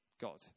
God